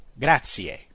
Grazie